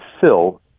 fill